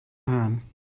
hören